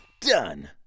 Done